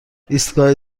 ایستگاه